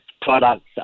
products